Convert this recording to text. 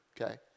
okay